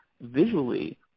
visually